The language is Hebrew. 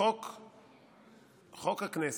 חוק הכנסת,